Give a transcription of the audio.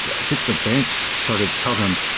i think the banks started to tell them,